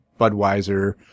Budweiser